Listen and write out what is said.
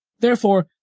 therefore,